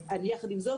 יחד עם זאת,